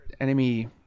Enemy